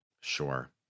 Sure